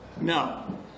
No